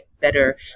better